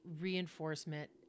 reinforcement